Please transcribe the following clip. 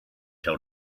told